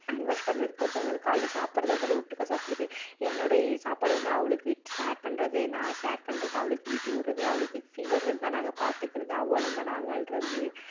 hand wash பண்ணுறது போகிறதா இருந்தாலும் காலைல சாப்பிடுறதா இருந்தாலும் ஒட்டுக்கா சாப்பிடுறது என்னுடைய சாப்பாடு வந்து அவளுக்கு விட்டு ஷேர் பண்ணுறது நான் ஷேர் பண்ணுறது அவளுக்கு வீட்டி விட்றது அவளுக்கு ஃபீவர் வந்தால் நாங்கள் பார்த்துக்குறது அவள் அழுதா நாங்கள் அழுறது